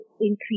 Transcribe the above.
increase